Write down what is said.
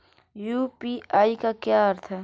UPI का क्या अर्थ है?